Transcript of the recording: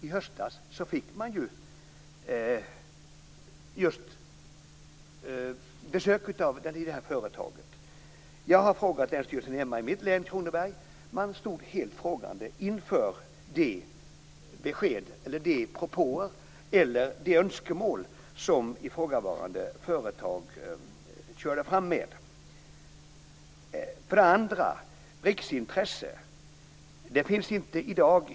I höstas fick man ju besök av företaget. Jag har frågat länsstyrelsen hemma i mitt län, Kronoberg. Man stod helt frågande inför de besked, propåer eller önskemål som ifrågavarande företag kom fram med. Sedan gäller det riksintresset.